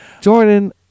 Jordan